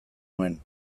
nuen